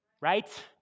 right